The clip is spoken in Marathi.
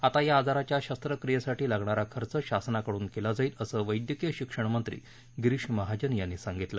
आता या आजाराच्या शस्त्रक्रियेसाठी लागणारा खर्च शासनाकडून केला जाईल असं वस्तिकीय शिक्षणमंत्री गिरीष महाजन यांनी सांगितलं